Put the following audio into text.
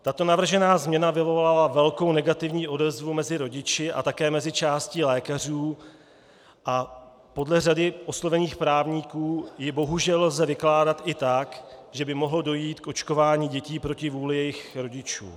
Tato navržená změna vyvolala velkou negativní odezvu mezi rodiči a také mezi částí lékařů a podle řady oslovených právníků ji bohužel lze vykládat i tak, že by mohlo dojít k očkování dětí proti vůli jejich rodičů.